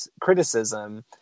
criticism